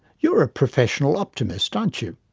you're a professional optimist, aren't you.